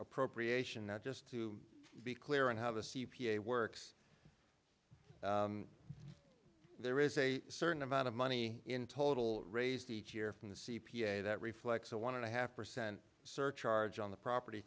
appropriation not just to be clear on how the c p a works there is a certain amount of money in total raised each year from the c p a that reflects a one and a half percent surcharge on the property